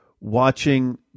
watching